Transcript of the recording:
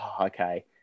okay